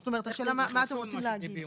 השאלה מה אתם רוצים להגיד?